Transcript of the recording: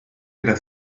gyda